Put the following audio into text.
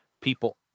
people